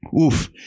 Oof